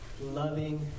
loving